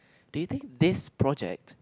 do you think this project